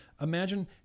imagine